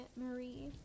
Marie